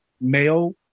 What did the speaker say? male